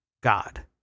God